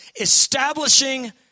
establishing